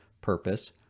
purpose